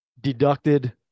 deducted